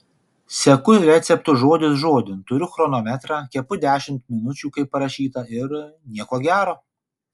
seku receptu žodis žodin turiu chronometrą kepu dešimt minučių kaip parašyta ir nieko gero